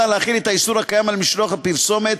להחיל את האיסור הקיים על משלוח פרסומת,